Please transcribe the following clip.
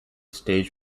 stage